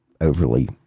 overly